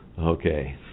Okay